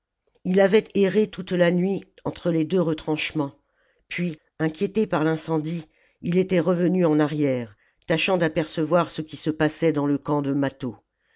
il avait erré toute la nuit entre les deux retranchements puis inquiété par l'incendie il était revenu en arrière tachant d'apercevoir ce qui se passait dans le camp de mâtho